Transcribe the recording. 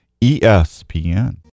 ESPN